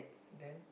then